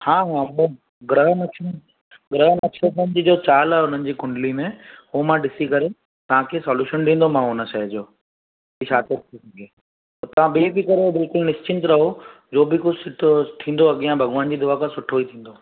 हा हा सभु ग्रह नक्ष ग्रह नक्षत्रनि जी जो चाल आहे हुननि जी कुंडली में उहो मां ॾिसी करे तव्हांखे सॉल्यूशन ॾींदोमांव हुन शइ जो त छा थो थी भिए त तां बेफ़िक्र रहो बिल्कुलु निश्चित रहो जो बि कुझु सुठो थींदो अॻियां भॻवान ॼी दुआ सां सुठो ई थींदो